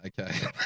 Okay